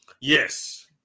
Yes